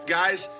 guys